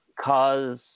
cause